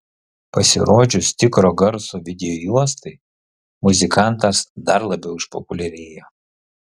pasirodžius tikro garso videojuostai muzikantas dar labiau išpopuliarėjo